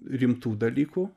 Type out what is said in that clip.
rimtų dalykų